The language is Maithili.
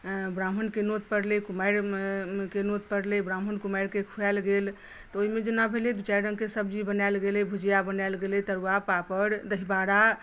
ब्राह्मणकेँ नोत परलै कुमारिकेँ नोत परलै ब्राह्मण कुमारिकेँ खुआयल गेल तऽ ओहिमे जेना भेलै दू चारि रंगकेँ सब्जी बनायल गेलै भुजिया बनायल गेलै तरुआ पापड़ दहीबारा